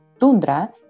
Tundra